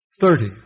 thirty